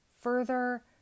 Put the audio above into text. further